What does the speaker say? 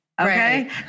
okay